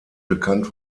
bekannt